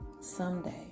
someday